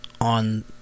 on